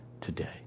today